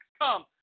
come